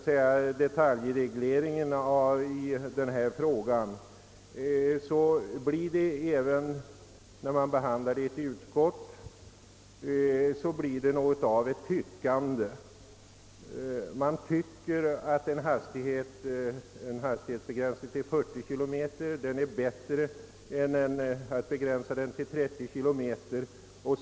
Beträffande detaljerna rörande denna fråga blev det helt naturligt även i utskottsbehandlingen något av ett tyc kande. Man tycker att en hastighetsbegränsning till 40 kilometer är bättre än en begränsning till 30 kilometer o. s. v.